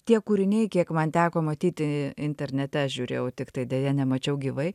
tie kūriniai kiek man teko matyti internete žiūrėjau tiktai deja nemačiau gyvai